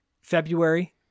February